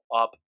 up